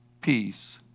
peace